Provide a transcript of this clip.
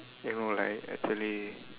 you know like actually